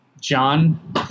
John